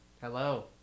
Hello